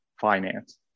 finance